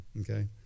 okay